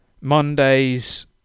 Mondays